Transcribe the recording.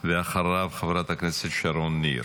ואחריו, חברת הכנסת שרון ניר.